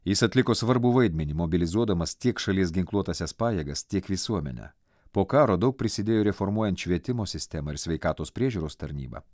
jis atliko svarbų vaidmenį mobilizuodamas tiek šalies ginkluotąsias pajėgas tiek visuomenę po karo daug prisidėjo reformuojant švietimo sistemą ir sveikatos priežiūros tarnybą